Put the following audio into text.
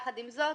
עם זאת,